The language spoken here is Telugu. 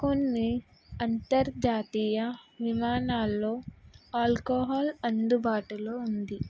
కొన్ని అంతర్జాతీయ విమానాల్లో ఆల్కోహాల్ అందుబాటులో ఉంది